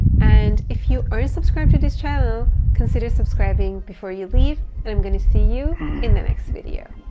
and if you aren't subscribed to this channel, consider subscribing before you leave. and i'm going to see you in the next video.